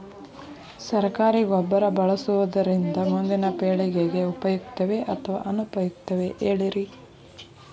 ಸರಕಾರಿ ಗೊಬ್ಬರ ಬಳಸುವುದರಿಂದ ಮುಂದಿನ ಪೇಳಿಗೆಗೆ ಉಪಯುಕ್ತವೇ ಅಥವಾ ಅನುಪಯುಕ್ತವೇ ಹೇಳಿರಿ